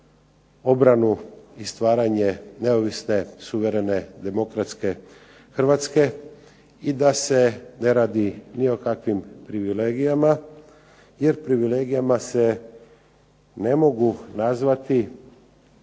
obranu i stvaranje neovisne, suverene, demokratske Hrvatske i da se ne radi ni o kakvim privilegijama, jer privilegijama se ne mogu nazvati